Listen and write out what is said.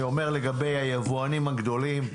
אני אומר לגבי היבואנים הגדולים.